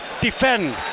defend